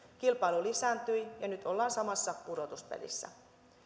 kilpailu lisääntyi ja nyt ollaan samassa pudotuspelissä